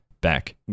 back